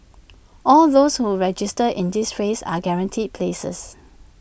all those who register in this phase are guaranteed places